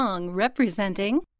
representing